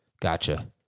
Gotcha